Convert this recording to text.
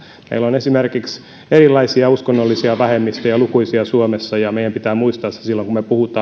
meillä on esimerkiksi lukuisia erilaisia uskonnollisia vähemmistöjä suomessa ja meidän pitää muistaa se myös silloin kun me puhumme